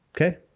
Okay